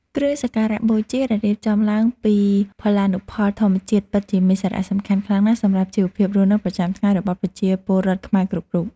គ្រឿងសក្ការបូជាដែលរៀបចំឡើងពីផលានុផលធម្មជាតិពិតជាមានសារៈសំខាន់ខ្លាំងណាស់សម្រាប់ជីវភាពរស់នៅប្រចាំថ្ងៃរបស់ប្រជាពលរដ្ឋខ្មែរគ្រប់រូប។